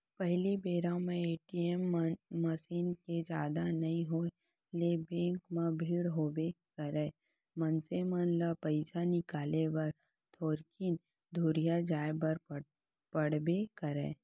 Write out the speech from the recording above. पहिली बेरा म ए.टी.एम मसीन के जादा नइ होय ले बेंक म भीड़ होबे करय, मनसे मन ल पइसा निकाले बर थोकिन दुरिहा जाय बर पड़बे करय